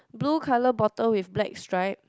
blue colour bottle with black stripe